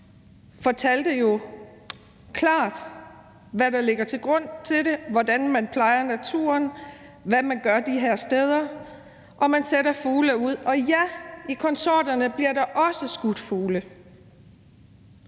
før fortalte jo klart, hvad der ligger til grund for det, hvordan man plejer naturen, og hvad man gør de her steder. Man sætter fugle ud, og ja, i konsortierne bliver der også skudt fugle.